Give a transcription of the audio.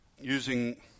using